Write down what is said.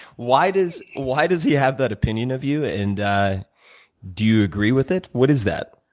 why does why does he have that opinion of you and do you agree with it? what is that?